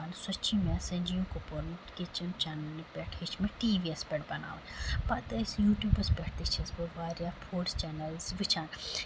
سۄ چھِ مےٚ سنجیو کپوٗرٕنۍ کِچن چیٚنلہِ پٮ۪ٹھ ہٮ۪چھمٕژ ٹی وی یَس پٮ۪ٹھ بَناوٕنۍ پَتہٕ ٲسۍ یوٗٹوٗبَس پٮ۪ٹھ تہِ چھس بہٕ واریاہ فُڈ چینَلٕز وٕچھان